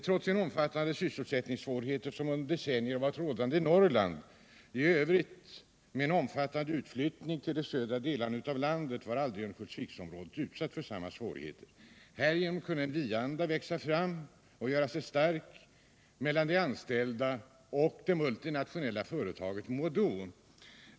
Trots de omfattande sysselsättningssvårigheter som under decennier varit rådande i Norrland i övrigt, med en omfattande utflyttning till de södra delarna av landet, var aldrig Örnsköldsviksområdet utsatt för samma svårigheter. Härigenom kunde en ”vi-anda” växa sig stark mellan de anställda och det multinationella företaget MoDo.